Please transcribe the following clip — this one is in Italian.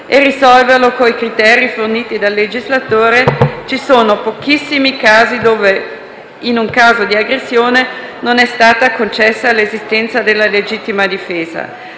e risolverlo coi criteri forniti dal legislatore, sono pochissimi i frangenti in cui in caso di aggressione non sia stata concessa l'esistenza della legittima difesa